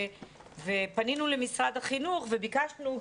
ופנינו למשרד החינוך וביקשנו.